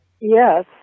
Yes